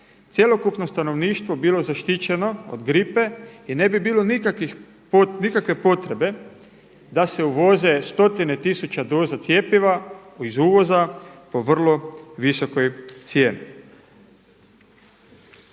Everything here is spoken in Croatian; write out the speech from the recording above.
cjelokupno stanovništvo bilo zaštićeno od gripe i ne bi bilo nikakvih, ne bi bilo nikakve potrebe da se uvoze stotine tisuća doza cjepiva iz uvoza po vrlo visokoj cijeni.